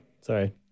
sorry